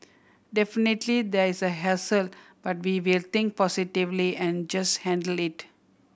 definitely there's a hassle but we will think positively and just handle it